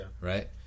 right